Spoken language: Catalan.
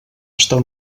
estar